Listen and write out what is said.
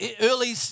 early